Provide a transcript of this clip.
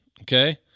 okay